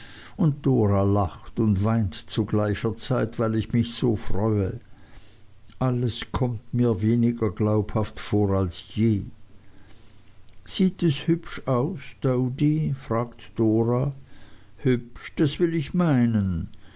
und dora lacht und weint zu gleicher zeit weil ich mich so freue alles kommt mir weniger glaubhaft vor als je sieht es hübsch aus doady fragt dora hübsch das will ich meinen